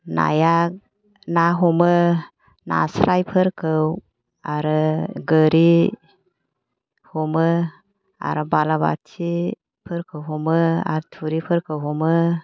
नाया ना हमो नास्रायफोरखौ आरो गोरि हमो आरो बाला बाथिफोरखौ हमो आरो थुरिफोरखौ हमो